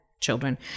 children